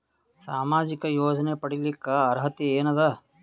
ಸಾಮಾಜಿಕ ಯೋಜನೆ ಪಡಿಲಿಕ್ಕ ಅರ್ಹತಿ ಎನದ?